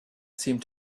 seemed